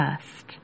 first